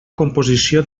composició